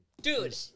Dude